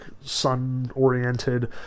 sun-oriented